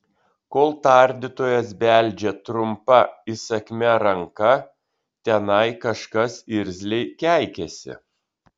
kol tardytojas beldžia trumpa įsakmia ranka tenai kažkas irzliai keikiasi